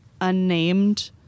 unnamed